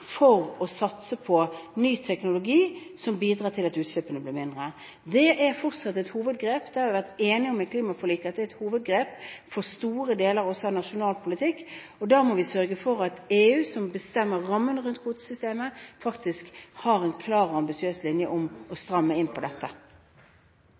for å satse på ny teknologi som bidrar til at utslippene blir mindre. Det er fortsatt et hovedgrep, det har vi vært enige om i klimaforliket at er et hovedgrep for store deler av også nasjonal politikk. Da må vi sørge for at EU, som bestemmer rammene rundt kvotesystemet, faktisk har en klar og ambisiøs linje om å